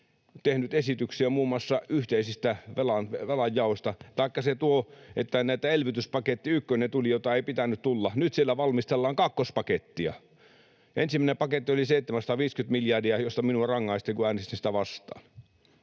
tehnyt esityksiä muun muassa yhteisistä velanjaoista. Tuli elvytyspaketti ykkönen, jota ei pitänyt tulla, ja nyt siellä valmistellaan kakkospakettia. Ensimmäinen paketti oli 750 miljardia, ja minua rangaistiin, kun äänestin sitä vastaan.